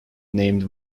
named